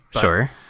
Sure